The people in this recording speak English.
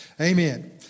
Amen